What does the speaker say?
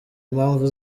impamvu